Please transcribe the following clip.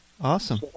awesome